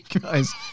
guys